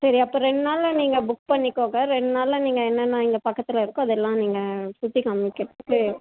சரி அப்போ ரெண்டு நாள் நீங்கள் புக் பண்ணிக்கோங்க ரெண்டு நாளில் நீங்கள் என்னென்ன இங்கே பக்கத்தில் இருக்கோ அது எல்லாம் நீங்கள் சுற்றி காமிக்கிறத்துக்கு